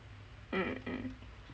mm mm